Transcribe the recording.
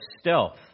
stealth